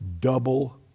double